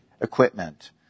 equipment